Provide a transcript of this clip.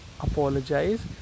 apologize